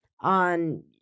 on